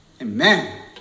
Amen